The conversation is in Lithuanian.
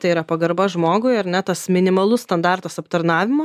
tai yra pagarba žmogui ar ne tas minimalus standartas aptarnavimo